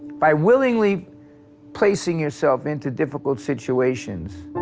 by willingly placing yourself into difficult situations,